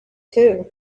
too